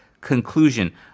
conclusion